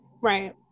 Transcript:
Right